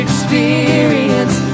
Experience